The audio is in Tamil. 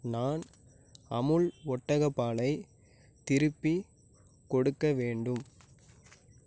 நான் அமுல் ஒட்டக பாலை திருப்பிக் கொடுக்க வேண்டும்